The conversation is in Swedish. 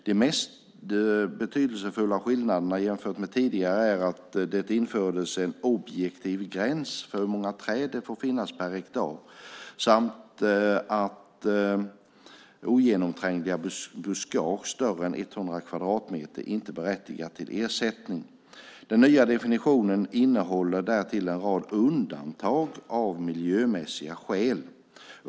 De mest betydelsefulla skillnaderna jämfört med tidigare är att det infördes en objektiv gräns för hur många träd det får finnas per hektar samt att ogenomträngliga buskage större än 100 kvadratmeter inte berättigar till ersättning. Den nya definitionen innehåller därtill en rad undantag av miljömässiga skäl.